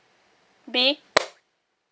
B